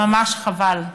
וממש חבל.